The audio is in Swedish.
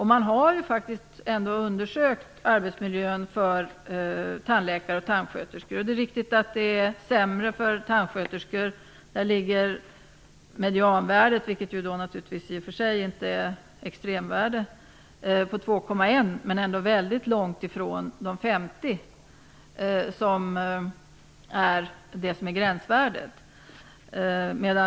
Man har faktiskt undersökt arbetsmiljön för tandläkare och tandsköterskor. Det är riktigt att miljön för tandsköterskor är sämre i det här avseendet. Medianvärdet, vilket i och för sig inte är ett extremvärde, är 2,1. Det är dock mycket långt ifrån gränsvärdet på 50.